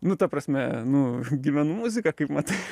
nu ta prasme nu gyvenu muzika kaip matai